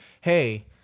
Hey